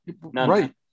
Right